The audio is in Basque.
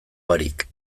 barik